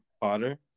Potter